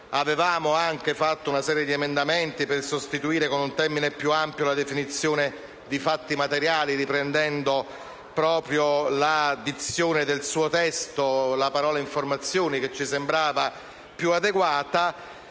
Avevamo anche presentato una serie di emendamenti per sostituire con un termine più ampio la definizione di fatti materiali, riprendendo proprio la dizione del suo testo (la parola «informazioni» ci sembrava più adeguata).